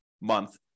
month